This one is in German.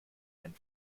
ein